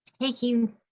taking